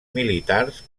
militars